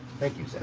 thank you, sir.